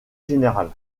général